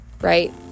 right